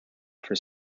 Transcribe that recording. for